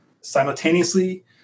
Simultaneously